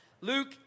Luke